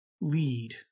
lead